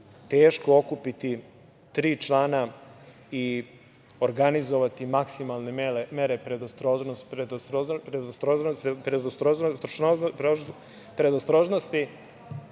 teško okupiti tri člana i organizovati maksimalne mere predostrožnosti,